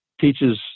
teaches